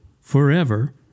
forever